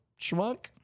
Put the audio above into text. schmuck